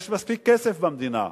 יש מספיק כסף במדינה,